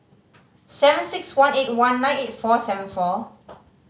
seven six one eight one nine eight four seven four